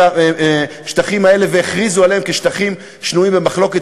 השטחים האלה והכריזו עליהם כשטחים שנויים במחלוקת,